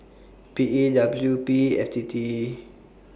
P E W P F T T